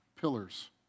pillars